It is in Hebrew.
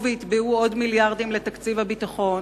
ויתבעו עוד מיליארדים לתקציב הביטחון.